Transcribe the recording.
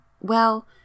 Well